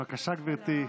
בבקשה, גברתי.